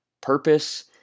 purpose